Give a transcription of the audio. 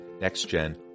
Next-Gen